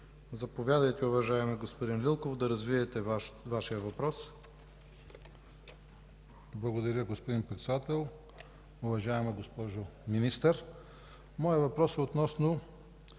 Заповядайте, уважаеми господин Лилков, да развиете Вашия въпрос. ВИЛИ ЛИЛКОВ (РБ): Благодаря, господин Председател. Уважаема госпожо Министър, моят въпрос е относно